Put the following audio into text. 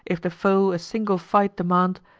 if the foe a single fight demand,